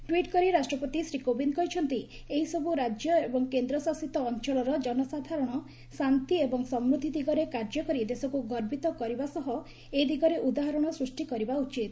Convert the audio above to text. tweet କରି ରାଷ୍ଟ୍ରପତି ଶ୍ରୀ କୋବିନ୍ଦ କହିଛନ୍ତି ଏହିସବୁ ରାଜ୍ୟ ଏବଂ କେନ୍ଦ୍ରଶାସିତ ଅଞ୍ଚଳର ଜନସାଧାରଣ ଶାନ୍ତି ଏବଂ ସମୂଦ୍ଧି ଦିଗରେ କାର୍ଯ୍ୟକରି ଦେଶକୁ ଗର୍ବିତ କରିବା ସହ ଏଦିଗରେ ଉଦାହରଣ ସୃଷ୍ଟି କରିବା ଉଚିତ